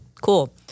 cool